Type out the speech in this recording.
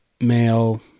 male